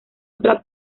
otra